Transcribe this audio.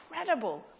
incredible